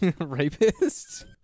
rapist